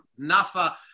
Nafa